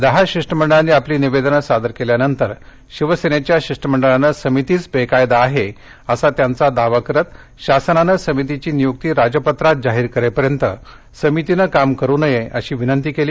दहा शिष्टमंडळांनी आपली निवेदनं सादर केल्यानंतर शिवसेनेच्या शिष्टमंडळानं समितीच बेकायदा आहे असा त्यांचा दावा करत शासनानं समितीची नियुक्ती राजपत्रात जाहीर करेपर्यंत समितीनं काम करू नये अशी विनंती केली